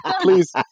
Please